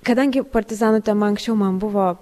kadangi partizanų tema anksčiau man buvo